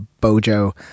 bojo